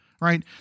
right